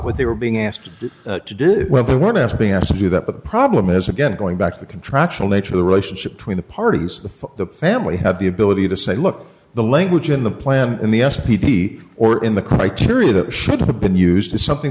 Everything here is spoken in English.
what they were being asked to do when they weren't asked being asked to do that but the problem is again going back to the contractual nature of the relationship between the parties if the family had the ability to say look the language in the plan in the s p d or in the criteria that should have been used is something